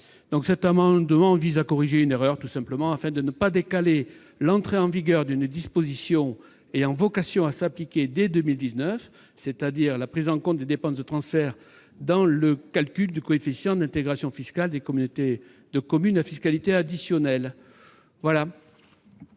Cet amendement vise à corriger une erreur. Il s'agit de ne pas décaler l'entrée en vigueur d'une disposition ayant vocation à s'appliquer dès 2019, à savoir la prise en compte des dépenses de transfert dans le calcul du coefficient d'intégration fiscale des communautés de communes à fiscalité additionnelle.